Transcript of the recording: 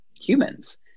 humans